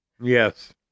Yes